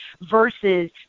Versus